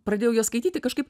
pradėjau juos skaityti kažkaip